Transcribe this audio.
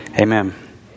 amen